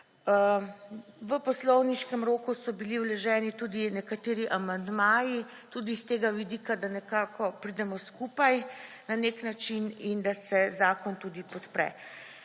V poslovniškem roku so bili vloženi tudi nekateri amandmaji tudi iz tega vidika, da nekako pridemo skupaj na nek način in da se zakon tudi podpre.